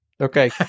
okay